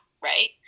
right